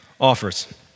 offers